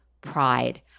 pride